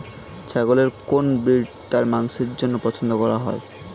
ছাগলের কোন ব্রিড তার মাংসের জন্য পছন্দ করা হয়?